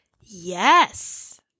Yes